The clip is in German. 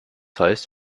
heißt